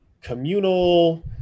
communal